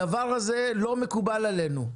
הדבר הזה לא מקובל עלינו.